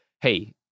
hey